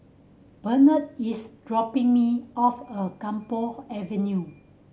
Bernard is dropping me off a Camphor Avenue